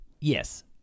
Yes